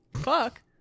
fuck